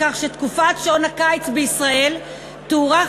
וכך תקופת שעון הקיץ בישראל תוארך